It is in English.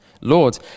Lord